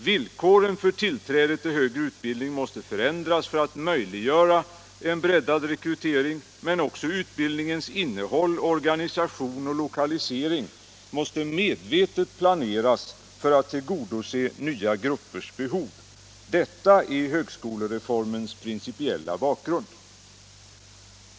Villkoren för tillträdet till högre utbildning måste förändras för att möjliggöra en breddad rekrytering, men också utbildningens in nehåll, organisation och lokalisering måste medvetet planeras för att tillgodose nya gruppers behov. Detta är högskolereformens principiella bakgrund.